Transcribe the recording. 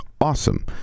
awesome